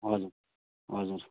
हजुर हजुर